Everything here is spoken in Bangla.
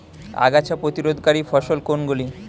আগাছা প্রতিরোধকারী ফসল কোনগুলি?